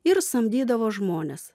ir samdydavo žmones